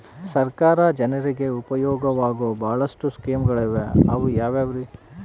ಸರ್ಕಾರ ಜನರಿಗೆ ಉಪಯೋಗವಾಗೋ ಬಹಳಷ್ಟು ಸ್ಕೇಮುಗಳಿವೆ ಅವು ಯಾವ್ಯಾವ್ರಿ?